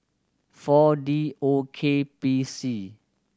Four D O K P C